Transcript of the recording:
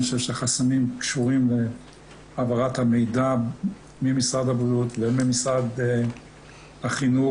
אני חושב שהחסמים קשורים להעברת המידע ממשרד הבריאות וממשרד החינוך,